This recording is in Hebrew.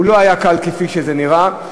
הוא לא היה קל כפי שזה נראה.